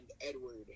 Edward